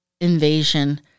invasion